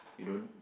you don't